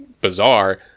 bizarre